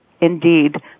indeed